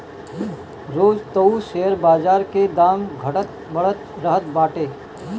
रोज तअ शेयर बाजार के दाम घटत बढ़त रहत बाटे